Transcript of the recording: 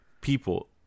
People